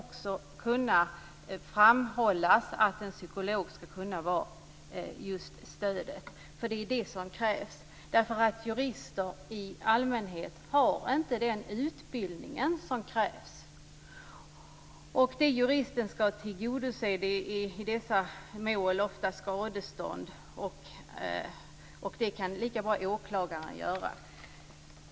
Men det ska framhållas att en psykolog ska kunna vara stödet, för jurister har i allmänhet inte den utbildning som krävs. Det som juristen ska tillgodose i dessa mål är oftast skadeståndsanspråk, och det kan lika gärna åklagaren göra.